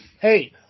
hey